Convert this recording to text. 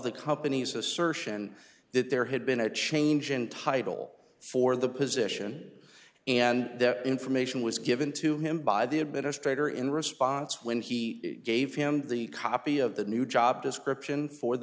the company's assertion that there had been a change in title for the position and that information was given to him by the administrator in response when he gave him the copy of the new job description for the